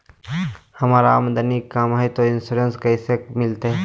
हमर आमदनी कम हय, तो इंसोरेंसबा कैसे मिलते?